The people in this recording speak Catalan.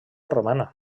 romana